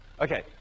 Okay